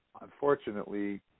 unfortunately